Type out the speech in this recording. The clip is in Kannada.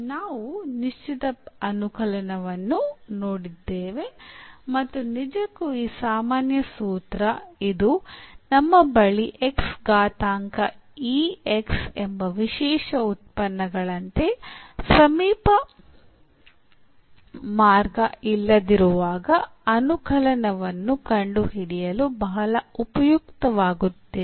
ನಾವು ನಿಶ್ಚಿತ ಅನುಕಲನವನ್ನು ನೋಡಿದ್ದೇವೆ ಮತ್ತು ನಿಜಕ್ಕೂ ಈ ಸಾಮಾನ್ಯ ಸೂತ್ರ ಇದು ನಮ್ಮ ಬಳಿ x ಘಾತಾಂಕ e x ಎಂಬ ವಿಶೇಷ ಉತ್ಪನ್ನಗಳಂತೆ ಸಮೀಪ ಮಾರ್ಗ ಇಲ್ಲದಿರುವಾಗ ಅನುಕಲನವನ್ನು ಕಂಡುಹಿಡಿಯಲು ಬಹಳ ಉಪಯುಕ್ತವಾಗುತ್ತೇವೆ